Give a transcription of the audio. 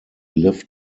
lift